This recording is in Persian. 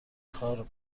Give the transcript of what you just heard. کار